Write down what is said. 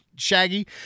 shaggy